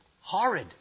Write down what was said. horrid